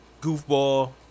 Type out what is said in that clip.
goofball